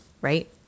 right